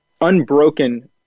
unbroken